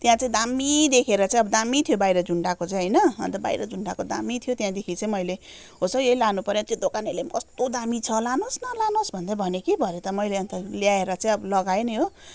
त्यहाँ चाहिँ दामी देखेर त्यहाँ दामी थियो बाहिर झुन्ड्याएको चाहिँ होइन अन्त बाहिर झुन्ड्याएको दामी थियो त्यहाँदेखि चाहिँ मैले होस् हौ यही लानुपऱ्यो त्यो दोकानेले पनि कस्तो दामी छ लानुहोस् न लानुहोस् भन्दै भन्यो कि भरे त मैले अन्त ल्याएर चाहिँ अब लगाएँ नि हो